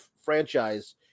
franchise